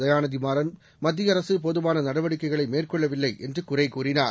தயாநிதி மாறன் மத்திய அரசு போதுமான நடவடிக்கைகளை மேற்கொள்ளவில்லை என்று குறைகூறினார்